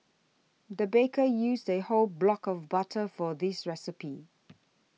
the baker used a whole block of butter for this recipe